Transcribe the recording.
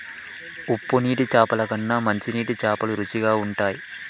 ఉప్పు నీళ్ల చాపల కన్నా మంచి నీటి చాపలు రుచిగ ఉంటయ్